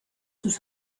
sus